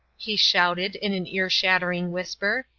he shouted, in an ear-shattering whisper,